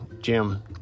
Jim